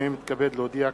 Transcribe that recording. הנני מתכבד להודיע,